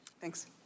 Thanks